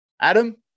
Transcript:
Adam